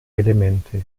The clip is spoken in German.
elemente